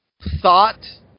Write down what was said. thought